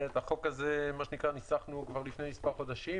שאת החוק הזה ניסחנו כבר לפני מספר חודשים,